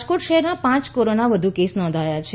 રાજકોટ શહેરમાં આજે પાંચ કોરોનાના વધુ કેસો નોંધાયા છે